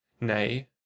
Nay